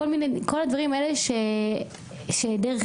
כל הדברים האלה שדרך